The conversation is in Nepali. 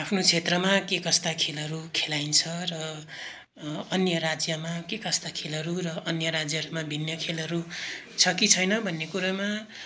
आफ्नो क्षेत्रमा के कस्ता खेलाहरू खेलाइन्छ र अन्य राज्यमा के कस्ता खेलहरू र अन्य राज्यहरूमा भिन्न खेलहरू छ कि छैन भन्ने कुरामा